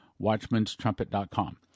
Watchmanstrumpet.com